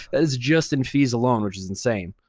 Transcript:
is just in fees alone, which is insane.